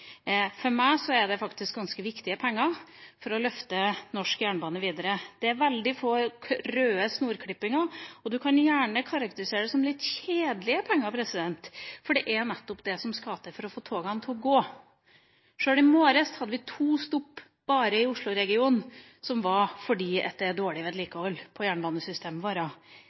For meg er det ganske viktige penger for å løfte norsk jernbane videre. Det er veldig få røde snorklippinger, og man kan gjerne karakterisere det som litt kjedelige penger – det er nettopp det som skal til for å få togene til å gå. Sjøl i morges hadde vi to stopp bare i Oslo-regionen på grunn av dårlig vedlikehold på